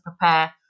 prepare